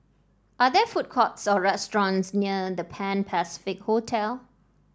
are there food courts or restaurants near The Pan Pacific Hotel